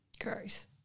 Gross